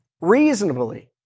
reasonably